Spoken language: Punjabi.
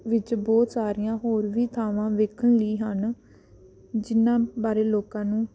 ਵਿੱਚ ਬਹੁਤ ਸਾਰੀਆਂ ਹੋਰ ਵੀ ਥਾਵਾਂ ਵੇਖਣ ਲਈ ਹਨ ਜਿਹਨਾਂ ਬਾਰੇ ਲੋਕਾਂ ਨੂੰ